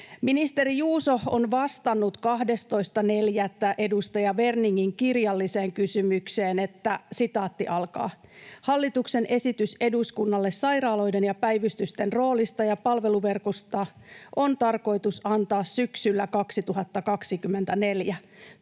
Ministeri Juuso on vastannut 12.4. edustaja Werningin kirjalliseen kysymykseen: ”Hallituksen esitys eduskunnalle sairaaloiden ja päivystysten roolista ja palveluverkosta on tarkoitus antaa syksyllä 2024.